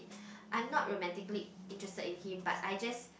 I'm not romantically interested in him but I just